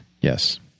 Yes